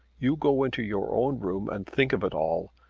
you go into your own room, and think of it all,